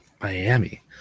Miami